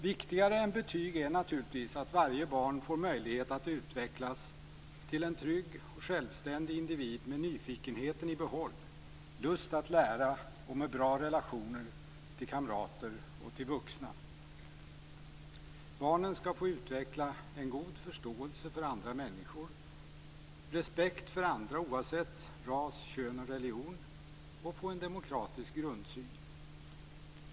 Viktigare än betyg är naturligtvis att varje barn får möjlighet att utvecklas till en trygg och självständig individ med nyfikenheten i behåll, lust att lära och med bra relationer till kamrater och till vuxna. Barnen skall få utveckla en god förståelse för andra människor och respekt för andra oavsett ras, kön och religion samt få en demokratisk grundsyn.